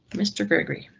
mr. gregory.